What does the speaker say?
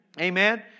Amen